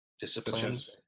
disciplines